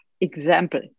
example